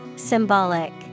Symbolic